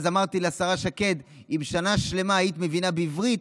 אז אמרתי לשרה שקד: אם שנה שלמה היית מבינה בעברית,